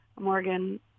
Morgan